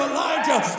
Elijah